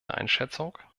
einschätzung